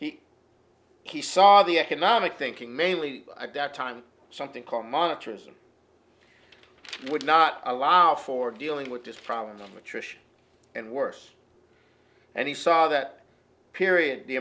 he he saw the economic thinking mainly at that time something called monitors would not allow for dealing with this problem attrition and worse and he saw that period the